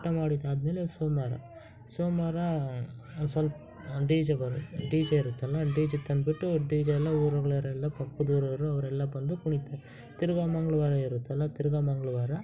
ಊಟ ಮಾಡಿದ್ದು ಆದ್ಮೇಲೆ ಸೋಮವಾರ ಸೋಮವಾರ ಒಂದು ಸ್ವಲ್ಪ ಒಂದು ಡಿ ಜೆ ಬರು ಡಿ ಜೆ ಇರುತ್ತಲ್ಲ ಡಿ ಜೆ ತಂದುಬಿಟ್ಟು ಡಿ ಜೆ ಎಲ್ಲ ಊರಿನವ್ರೆಲ್ಲ ಪಕ್ಕದೂರವ್ರು ಅವರೆಲ್ಲ ಬಂದು ಕುಣಿತಾರೆ ತಿರ್ಗಿ ಮಂಗ್ಳವಾರ ಇರುತ್ತಲ್ಲ ತಿರ್ಗಿ ಮಂಗ್ಳವಾರ